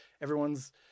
everyone's